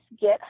get